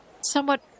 somewhat